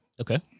Okay